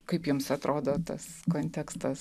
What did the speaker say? kaip jums atrodo tas kontekstas